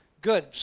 good